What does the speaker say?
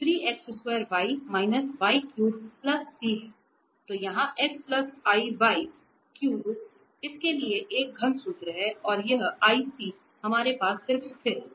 तो यह इसके लिए एक घन सूत्र है और यह ic हमारे पास सिर्फ स्थिर है